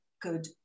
good